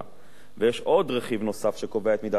יש רכיב נוסף שקובע את רכיב ההנחה,